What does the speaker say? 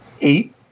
Eight